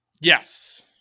Yes